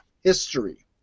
history